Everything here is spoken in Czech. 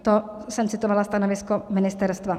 To jsem citovala stanovisko ministerstva.